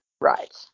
right